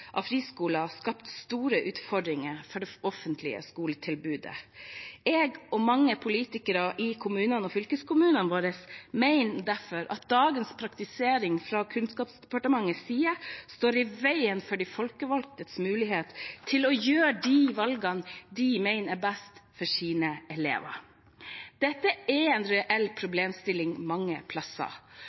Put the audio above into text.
av friskoler skapt store utfordringer for det offentlige skoletilbudet. Jeg og mange politikere i kommunene og fylkeskommunene våre mener derfor at dagens praktisering fra Kunnskapsdepartementets side står i veien for de folkevalgtes mulighet til å gjøre de valgene de mener er best for sine elever. Dette er en reell problemstilling mange